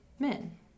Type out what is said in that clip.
Men